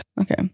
okay